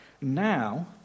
Now